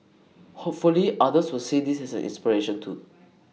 hopefully others will see this as an inspiration too